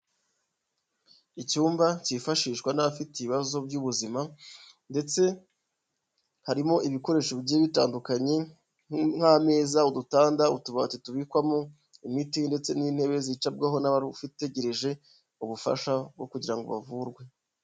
Icyumba cyifashishwa n'abafite ibibazo by'ubuzima ndetse harimo ibikoresho bigiye bitandukanye nk'ameza, udutanda, utubati tubikwamo imiti ndetse n'intebe zicabwaho n'abategereje ubufasha bwo kugira bavurwe.